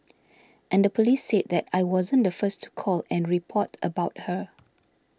and the police said that I wasn't the first to call and report about her